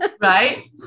right